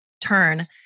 turn